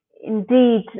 indeed